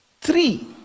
Three